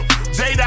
Jada